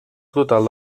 total